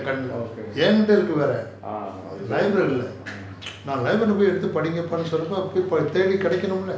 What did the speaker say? okay ah on it's own